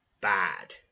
bad